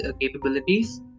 capabilities